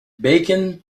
bacon